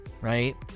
Right